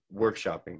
workshopping